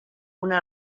una